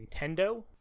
nintendo